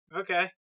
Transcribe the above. okay